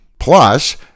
Plus